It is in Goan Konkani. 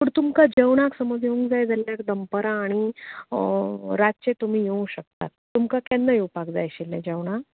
पूण तुमकां जेवणांक समज येवंक जाय जाल्यार दनपार आनी रातचें तुमी येवंक शकता तुमकां केन्ना येवपाक जाय आशिल्ले जेवणांक